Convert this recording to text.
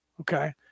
okay